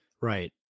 Right